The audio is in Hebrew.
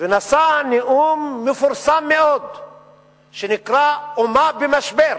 ונשא נאום מפורסם מאוד שנקרא: אומה במשבר,